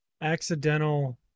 accidental